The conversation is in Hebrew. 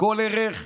כל ערך,